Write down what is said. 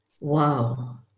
wow